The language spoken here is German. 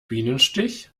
bienenstich